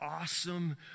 awesome